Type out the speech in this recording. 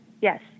Yes